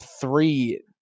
three